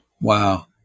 wow